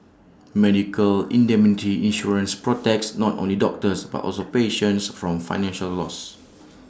medical indemnity insurance protects not only doctors but also patients from financial loss